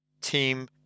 team